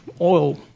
oil